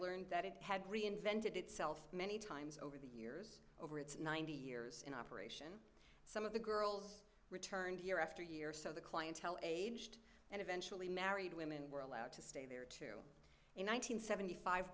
learned that it had reinvented itself many times over these over its ninety years in operation some of the girls returned year after year so the clientele aged and eventually married women were allowed to stay in one nine hundred seventy five